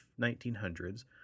1900s